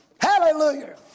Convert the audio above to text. Hallelujah